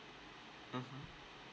mmhmm